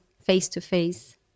face-to-face